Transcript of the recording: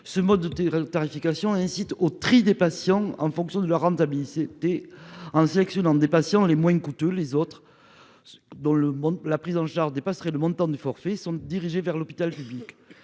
Ce mode de tes tarification incite au tri des patients en fonction de leur rentabilité des en sélectionnant des patients les moins coûteux, les autres. Dans le monde. La prise en charge dépasseraient le montant du forfait sont dirigés vers l'hôpital public